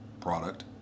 product